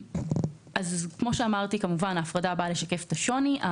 כמו שאמרתי, ההפרדה באה לשקף את השוני.